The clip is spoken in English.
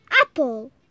Apple